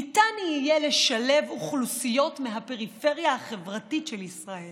ניתן יהיה לשלב אוכלוסיות מהפריפריה החברתית של ישראל